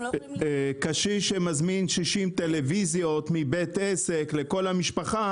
קשיש שמזמין 60 טלוויזיות מבית עסק לכל המשפחה,